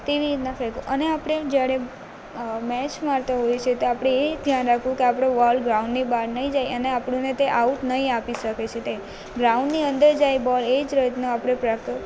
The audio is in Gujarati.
તેવી રીતના ફેંકો અને આપણે જ્યારે મેચ મારતા હોઈએ છીએ તો આપણે એ ધ્યાન રાખવું કે આપણો બોલ ગ્રાઉન્ડની બહાર નહીં જાય અને આપણને તે આઉટ નહીં આપી શકે છે તે ગ્રાઉન્ડની અંદર જાય બોલ એ જ રીતનો આપણે પ્રયત્ન